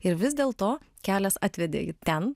ir vis dėlto kelias atvedė į ten